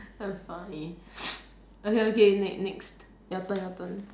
damn funny okay okay ne~ next your turn your turn